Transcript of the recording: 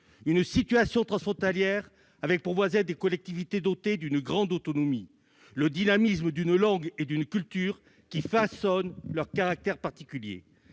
une situation transfrontalière avec pour voisins des collectivités dotées d'une grande autonomie, le dynamisme d'une langue et d'une culture qui façonnent leur caractère particulier.